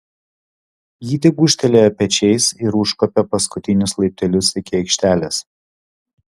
ji tik gūžtelėjo pečiais ir užkopė paskutinius laiptelius iki aikštelės